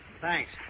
Thanks